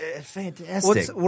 fantastic